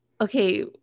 okay